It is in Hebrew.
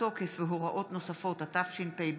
התשפ"ב